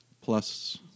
Plus